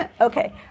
Okay